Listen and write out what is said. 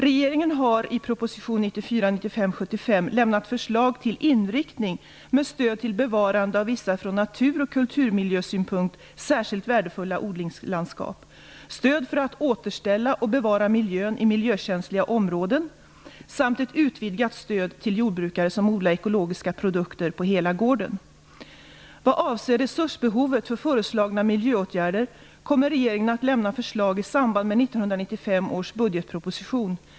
Regeringen har i proposition Vad avser resursbehovet för föreslagna miljöåtgärder kommer regeringen att lämna förslag i samband med 1995 års budgetproposition.